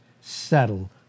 settle